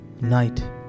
Night